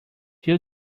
feel